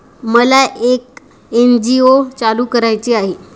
मला एक एन.जी.ओ चालू करायची आहे